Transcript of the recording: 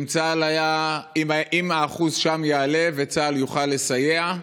שאם האחוז שם יעלה וצה"ל יוכל לסייע,